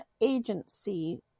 agency